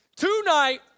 Tonight